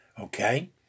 Okay